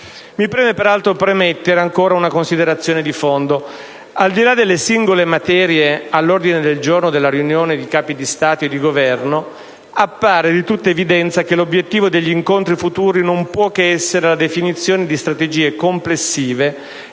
Mi preme, peraltro, premettere ancora una considerazione di fondo: al di là delle singole materie all'ordine del giorno della riunione di Capi di Stato e di Governo, appare di tutta evidenza che l'obiettivo degli incontri futuri non può che essere la definizione di strategie complessive